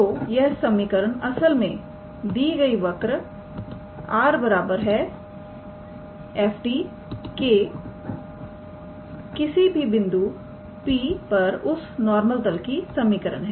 तो यह समीकरण असल में दी गई वक्र 𝑟⃗ 𝑓⃗𝑡 के एक बिंदु P पर उस नॉर्मल तलकी समीकरण है